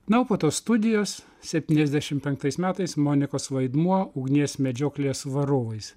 na o foto studijos septyniasdešimt penktais metais monikos vaidmuo ugnies medžioklės varovais